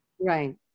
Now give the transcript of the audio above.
right